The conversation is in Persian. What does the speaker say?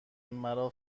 مرا